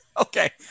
Okay